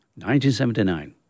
1979